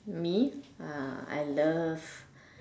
me uh I love